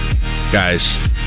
guys